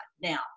now